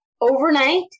overnight